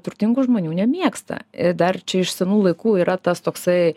turtingų žmonių nemėgsta ir dar čia iš senų laikų yra tas toksai